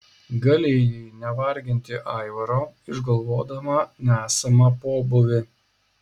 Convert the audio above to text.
galėjai nevarginti aivaro išgalvodama nesamą pobūvį